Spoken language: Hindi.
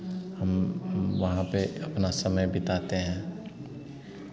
हम हम वहाँ पे अपना समय बिताते हैं